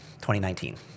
2019